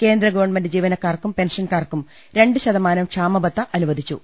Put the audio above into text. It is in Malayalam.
കേന്ദ്ര ഗവൺമെന്റ് ജീവനക്കാർക്കും പെൻഷൻകാർക്കും രണ്ട് ശതമാനം ക്ഷാമബത്ത അനുവദിച്ചു